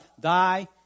thy